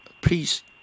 Please